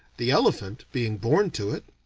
the elephant, being born to it,